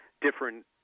different